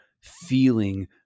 feeling